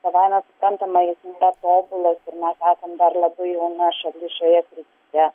savaime suprantama jisai netobulas ir mes esam dar labai jauna šalis šioje srityje